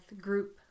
group